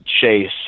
chase